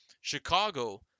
Chicago